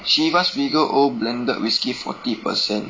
Chivas regal old blended whisky forty per cent